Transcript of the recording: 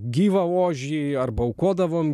gyvą ožį arba aukodavom